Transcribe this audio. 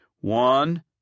One